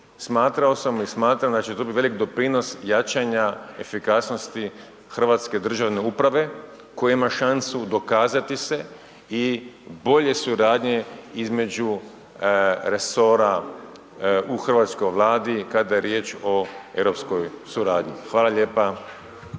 Smatrao sam i smatram da će to biti velik doprinos jačanja efikasnosti hrvatske državne uprave koja ima šansu dokazati se i bolje suradnje između resora u hrvatskoj Vladi kada je riječ o europskoj suradnji. Hvala lijepa.